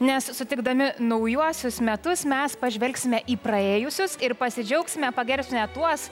nes sutikdami naujuosius metus mes pažvelgsime į praėjusius ir pasidžiaugsime pagerbsime tuos